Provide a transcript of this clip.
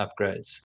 upgrades